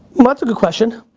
and that's a good question,